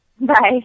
Bye